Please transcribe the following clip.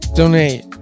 donate